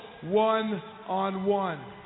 one-on-one